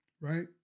right